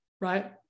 right